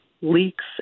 leaks